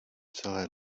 celé